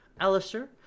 Alistair